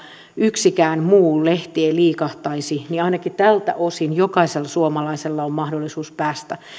yksikään muu lehti ei liikahtaisi niin ainakin tältä osin jokaisella suomalaisella on mahdollisuus päästä